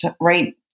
right